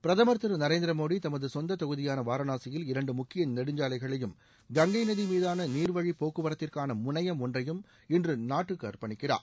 பிரதமர் திரு நரேந்திர மோடி தமது சொந்த தொகுதியான வாரணாசியில் இரண்டு முக்கிய தேசிய நெடுஞ்சாலைகளையும் கங்கை நதி மீதான நீாவழிப் போக்குவரத்திற்கான முனையம் ஒன்றையும் இன்று நாட்டுக்கு அர்ப்பணிக்கிறார்